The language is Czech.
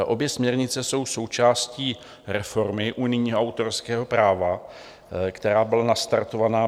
Obě směrnice jsou součástí reformy unijního autorského práva, která byla nastartovaná.